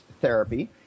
therapy